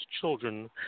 children